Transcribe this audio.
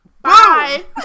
Bye